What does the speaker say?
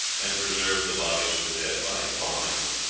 and preserved the bodies of the dead by embalming them.